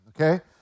okay